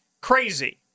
crazy